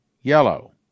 yellow